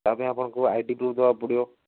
ତା' ପାଇଁ ଆପଣଙ୍କୁ ଆଇ ଡ଼ି ପ୍ରୁଫ୍ ଦେବାକୁ ପଡ଼ିବ